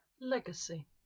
Legacy